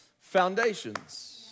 foundations